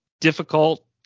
difficult